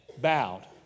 bowed